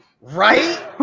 Right